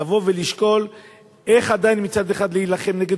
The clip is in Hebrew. לבוא ולשקול איך עדיין מצד אחד להילחם נגד